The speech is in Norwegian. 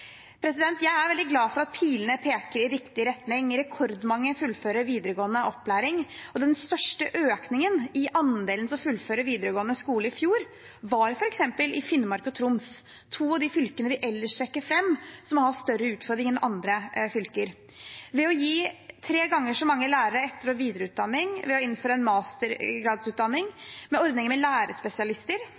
Jeg er veldig glad for at pilene peker i riktig retning. Rekordmange fullfører videregående opplæring, og den største økningen i andelen som fullførte videregående skole i fjor, var i f.eks. Finnmark og Troms – to av de fylkene vi ellers trekker fram blant dem som har større utfordringer enn andre fylker. Ved å gi tre ganger så mange lærere etter- og videreutdanning og ved å innføre en mastergradsutdanning og innføre ordningen med lærerspesialister